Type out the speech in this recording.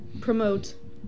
promote